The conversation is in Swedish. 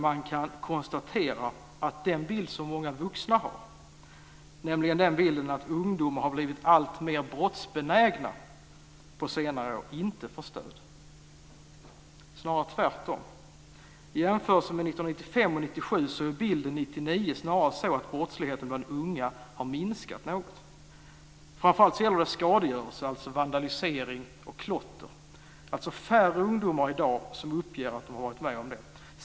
Man kan konstatera att den bild som många vuxna har, nämligen att ungdomar har blivit alltmer brottsbenägna på senare tid, inte får stöd. Det är snarare tvärtom. I jämförelse med 1995 och 1997 är bilden 1999 snarare den att brottsligheten bland unga har minskat något. Det gäller framför allt skadegörelse, dvs. vandalisering och klotter. Det är alltså färre ungdomar i dag som uppger att de har varit med om det.